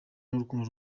urukundo